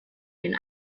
den